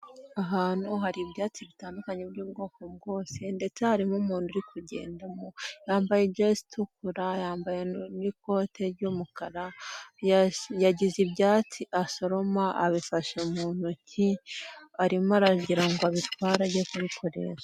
Ahantu hari ibyatsi bitandukanye by'ubwoko bwose ndetse harimo umuntu uri kugenda yambaye jezi itukura, yambaye n'ikote ry'umukara, yagize ibyatsi asoroma abifashe mu ntoki arimo aragira ngo abitware ajye kubikoresha